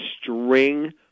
string